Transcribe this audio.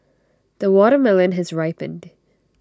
the watermelon has ripened